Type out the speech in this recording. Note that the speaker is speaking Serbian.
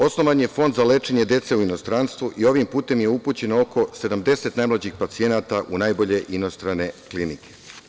Osnovan je Fond za lečenje dece u inostranstvu i ovim putem je upućeno oko 70 najmlađih pacijenata u najbolje inostrane klinike.